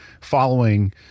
following